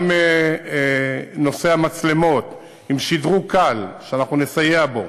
גם נושא המצלמות, עם שדרוג קל, שאנחנו נסייע בו,